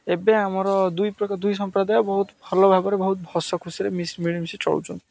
ଏବେ ଆମର ଦୁଇ ପ୍ରକାର ଦୁଇ ସମ୍ପ୍ରଦାୟ ବହୁତ ଭଲ ଭାବରେ ବହୁତ ହସ ଖୁସିରେ ମିଶି ମିଳିମିଶି ଚଳୁଛନ୍ତି